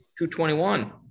$221